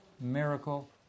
miracle